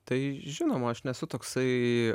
tai žinoma aš nesu toksai